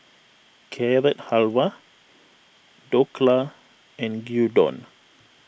Carrot Halwa Dhokla and Gyudon